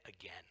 again